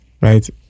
Right